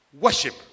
worship